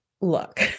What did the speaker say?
look